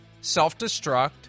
self-destruct